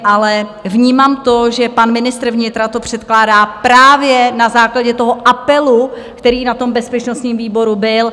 Ale vnímám to, že pan ministr vnitra to předkládá právě na základě apelu, který na bezpečnostním výboru byl.